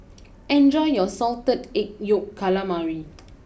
enjoy your Salted Egg Yolk Calamari